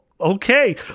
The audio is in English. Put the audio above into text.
Okay